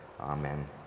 Amen